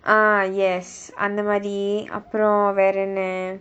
uh yes அந்த மாதிரி அப்புறம் வேறென்ன:antha maathiri appuram vaerenna